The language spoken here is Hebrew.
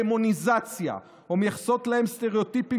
דמוניזציה או מייחסות להם סטראוטיפים